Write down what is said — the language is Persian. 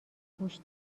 گوش